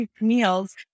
meals